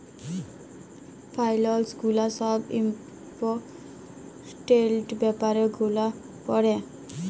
ফাইলালস গুলা ছব ইম্পর্টেলট ব্যাপার গুলা পড়ে